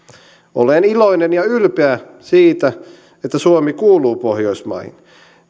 olen iloinen ja ylpeä siitä että suomi kuuluu pohjoismaihin